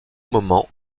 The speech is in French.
moment